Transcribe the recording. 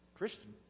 Christian